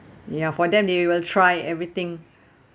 ya for them they will try everything